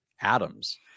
atoms